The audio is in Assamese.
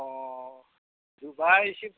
অঁ দুবাৰ ৰিচিভ